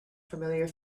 familiar